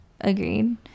agreed